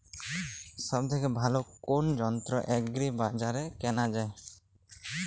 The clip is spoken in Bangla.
সব থেকে ভালো কোনো যন্ত্র এগ্রি বাজারে কেনা যায়?